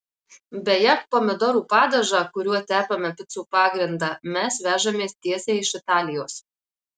beje pomidorų padažą kuriuo tepame picų pagrindą mes vežamės tiesiai iš italijos